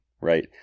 right